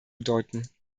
bedeuten